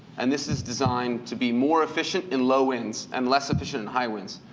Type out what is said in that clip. and this is designed to be more efficient in low winds, and less efficient in high winds,